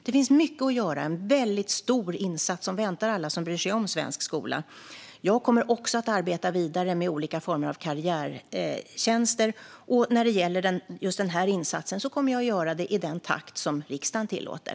Det finns mycket att göra. En väldigt stor insats väntar alla som bryr sig om svensk skola. Jag kommer också att arbeta vidare med olika former av karriärtjänster. När det gäller just den insatsen kommer jag att göra det i den takt som riksdagen tillåter.